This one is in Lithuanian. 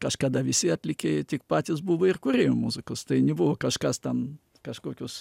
kažkada visi atlikėjai tik patys buvo ir kūrėjai muzikos tai nebuvo kažkas ten kažkokios